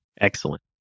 Excellent